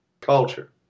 culture